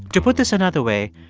to put this another way,